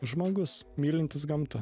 žmogus mylintis gamtą